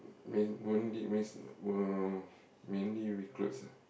main won't lead miss will mainly with clothes ah